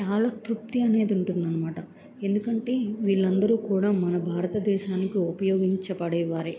చాలా తృప్తి అనేది ఉంటుందనమాట ఎందుకంటే వీళ్ళందరూ కూడా మన భారతదేశానికి ఉపయోగించబడేవారే